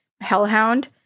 hellhound